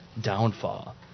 downfall